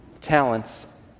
talents